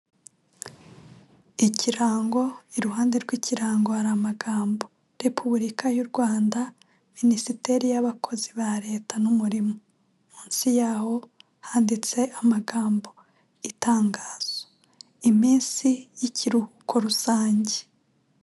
Ikirango, iruhande rw'ikirango har’amagambo Repubulika y' U Rwanda minisiteri y’abakozi ba leta n'umurimo munsi yaho handitse amagambo” Itangazo: iminsi y'ikiruhuko rusange”.